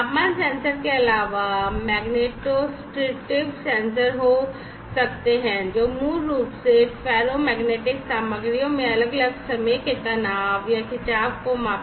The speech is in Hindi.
तापमान सेंसर के अलावा magnetostrictive सेंसर हो सकते हैं जो मूल रूप से फेरोमैग्नेटिक सामग्रियों में अलग अलग समय के तनाव या खिंचाव को मापते हैं